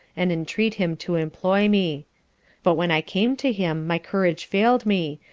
and entreat him to employ me but when i came to him, my courage failed me,